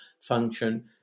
function